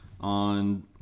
on